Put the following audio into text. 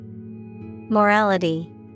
Morality